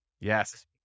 Yes